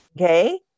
okay